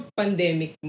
pandemic